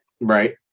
right